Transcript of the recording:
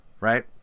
Right